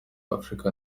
africa